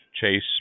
chase